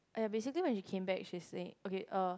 !aiya! basically when she came back she will say okay uh